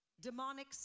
demonic